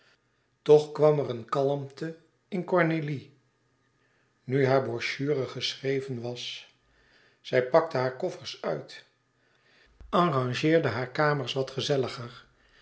toch kwam er een kalmte in cornélie nu hare brochure geschreven was zij pakte hare koffers uit arrangeerde hare kamers wat gezelliger